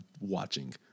watching